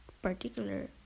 particular